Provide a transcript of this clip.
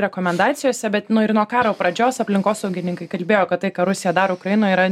rekomendacijose bet nu ir nuo karo pradžios aplinkosaugininkai kalbėjo kad tai ką rusija daro ukrainoj yra